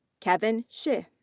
kevin shi.